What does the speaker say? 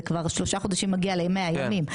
זה כבר שלושה חודשים מגיע ל- 100 ימים,